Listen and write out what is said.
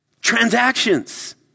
Transactions